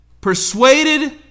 persuaded